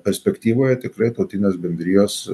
perspektyvoje tikrai tautinės bendrijos